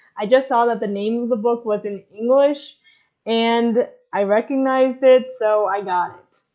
i just saw that the name of the book was in english and i recognized it, so i got it.